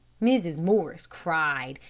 mrs. morris cried,